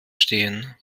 stehen